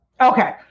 Okay